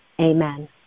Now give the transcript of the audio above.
Amen